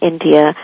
India